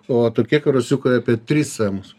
o tokie karosiukai apie tris cemus